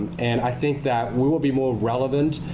and i think that we will be more relevant